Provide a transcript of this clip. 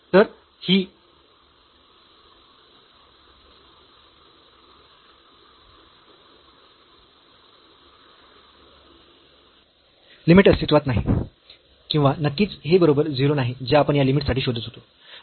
तर ही लिमिट अस्तित्वात नाही किंवा नक्कीच हे बरोबर 0 नाही जे आपण या लिमिट साठी शोधत होतो